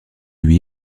lui